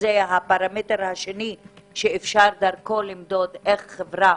שזה הפרמטר השני שניתן דרכו למדוד איך חברה